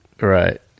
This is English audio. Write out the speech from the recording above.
Right